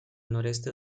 noroeste